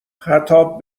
خطاب